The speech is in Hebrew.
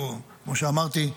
כמו שאמרתי,